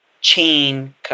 chain